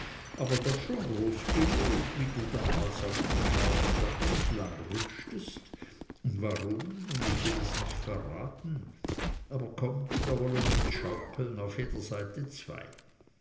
aber doch schon groß genug wie du damals auf dem scheunendach entlangrutschtest und warum nun ich will es nicht verraten aber kommt wir wollen uns schaukeln auf jeder seite zwei